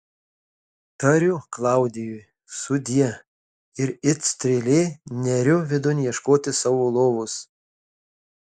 tariu klaudijui sudie ir it strėlė neriu vidun ieškoti savo lovos